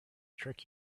trick